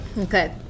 Okay